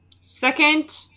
second